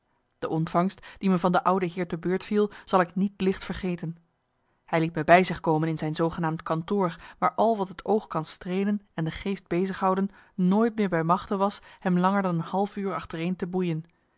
de ontvangst die me van de oude heer te beurt viel zal ik niet licht vergeten hij liet me bij zich komen in zijn zoogenaamd kantoor waar al wat het oog kan streelen en de geest bezighouden nooit meer bij machte was hem langer dan een half uur achtereen te boeien